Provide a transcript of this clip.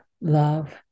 love